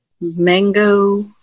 Mango